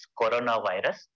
coronavirus